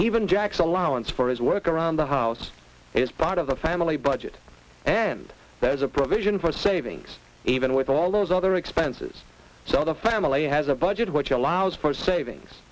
even jackson allowance for his work around the house is part of the family budget and there's a provision for savings even with all those other expenses so the family has a budget which allows for savings